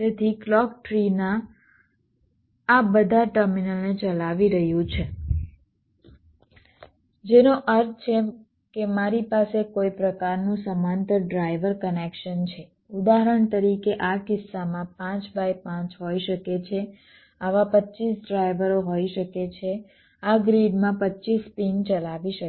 તેથી clock tree આ બધા ટર્મિનલને ચલાવી રહ્યું છે જેનો અર્થ છે કે મારી પાસે કોઈ પ્રકારનું સમાંતર ડ્રાઈવર કનેક્શન છે ઉદાહરણ તરીકે આ કિસ્સામાં 5 બાય 5 હોઈ શકે છે આવા 25 ડ્રાઈવરો હોઈ શકે છે આ ગ્રીડમાં 25 પિન ચલાવી શકે છે